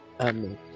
Amen